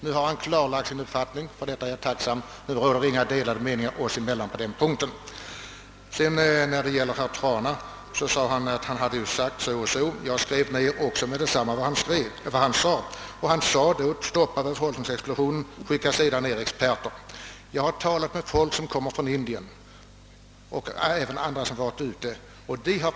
Nu har herr Persson klargjort sin uppfattning, och för detta är jag som sagt tacksam; det råder inga delade meningar oss emellan på denna punkt. Herr Trana läste upp vad han hade anfört. Jag skrev ned att han sade: Stoppa befolkningsexplosionen — skicka sedan ned experter. Jag har talat med folk som kommer från Indien och även med andra som varit i u-länderna.